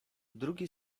drugi